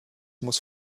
muss